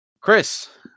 Chris